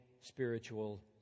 spiritual